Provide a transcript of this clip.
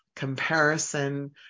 Comparison